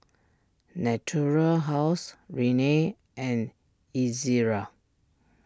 Natura House Rene and Ezerra